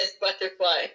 butterfly